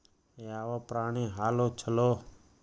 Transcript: ಯಾವ ಪ್ರಾಣಿ ಹಾಲು ಛಲೋ?